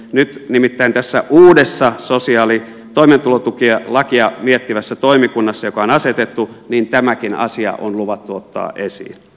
nyt nimittäin tässä uudessa toimeentulotukilakia miettivässä toimikunnassa joka on asetettu tämäkin asia on luvattu ottaa esiin